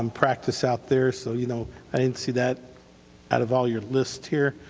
um practice out there so, you know, i didn't see that out of all your lists here,